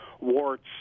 warts